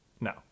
no